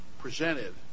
presented